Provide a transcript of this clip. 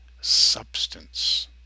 substance